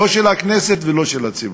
לא של הכנסת ולא של הציבור.